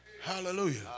hallelujah